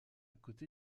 côté